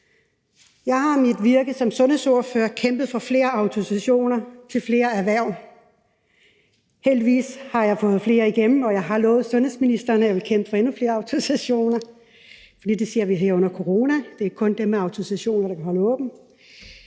Jeg har i mit virke som sundhedsordfører kæmpet for flere autorisationer til flere erhverv. Heldigvis har jeg fået flere af dem igennem, og jeg har lovet sundhedsministeren, at jeg vil kæmpe for endnu flere autorisationer, fordi vi her under coronaen har set, at det kun er dem med autorisationer, der kan holde åbent,